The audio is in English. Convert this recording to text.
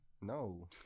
No